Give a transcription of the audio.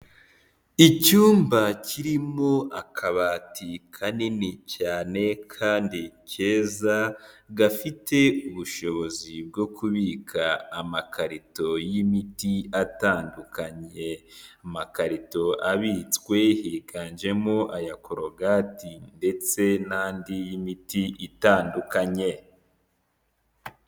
Icyumba kirimo akabati kanini cyane kandi keza gafite ubushobozi bwo kubika amakarito y'imiti atandukanye amakarito abitswe higanjemo aya corogati ndetse n'andi y'imiti itandukanye.